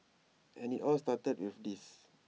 and IT all started with this